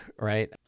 right